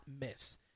miss